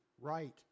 right